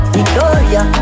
Victoria